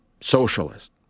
socialist